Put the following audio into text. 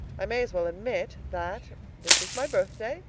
i may as well admit that this is my birthday,